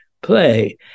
play